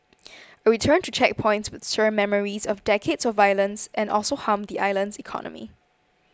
a return to checkpoints would stir memories of decades of violence and also harm the island's economy